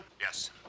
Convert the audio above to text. Yes